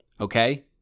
okay